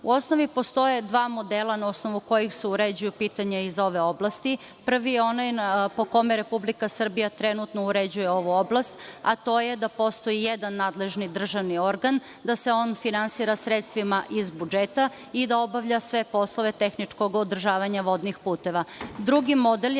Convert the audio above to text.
osnovi postoje dva modela na osnovu kojih se uređuju pitanja iz ove oblasti. Prvi je onaj po kome Republika Srbija trenutno uređuje ovu oblast, a to je da postoji jedan nadležni državni organ, da se on finansira sredstvima iz budžeta i da obavlja sve poslove tehničkog održavanja vodnih puteva. Drugi